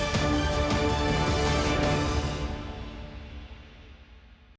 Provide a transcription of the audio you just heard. Дякую.